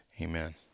Amen